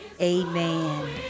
amen